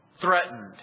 threatened